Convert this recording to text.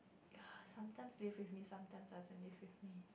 sometimes they live with me sometimes doesn't leave with me